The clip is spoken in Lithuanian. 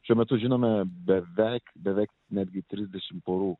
šiuo metu žinome beveik beveik netgi trisdešim porų